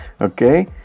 Okay